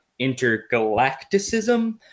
intergalacticism